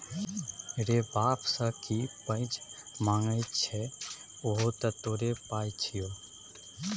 रे बाप सँ की पैंच मांगय छै उहो तँ तोरो पाय छियौ